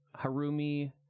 Harumi